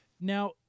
Now